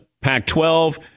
Pac-12